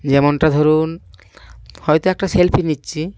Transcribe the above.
যেমনটা ধরুন হয়তো একটা সেলফি নিচ্ছি